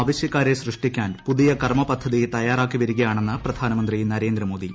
ആവശ്യക്കാരെ സൃഷ്ടിക്കാൻ പുതിയ കർമ്മപദ്ധതി തയാറാക്കിവരികയാണെന്ന് പ്രധാനമന്ത്രി നരേന്ദ്രമോദി